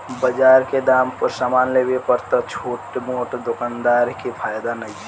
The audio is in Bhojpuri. बजार के दाम पर समान लेवे पर त छोट मोट दोकानदार के फायदा नइखे